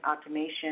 automation